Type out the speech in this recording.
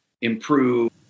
improve